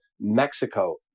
Mexico